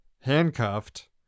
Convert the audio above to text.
handcuffed